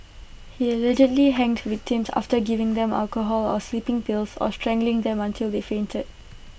he allegedly hanged victims after giving them alcohol or sleeping pills or strangling them until they fainted